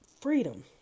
freedom